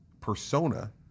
persona